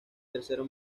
tercero